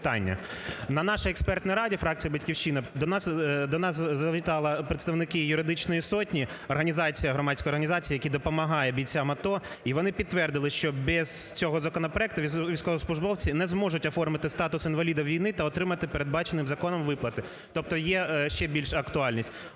На нашій експертній раді фракції "Батьківщина" до нас завітали представники юридичної сотні, організація, громадські організації, які допомагають бійцям АТО і вони підтвердили, що без цього законопроекту військовослужбовці не зможуть оформити статус інваліда війни та отримати, передбачені законом, виплати, тобто є ще більш актуальність.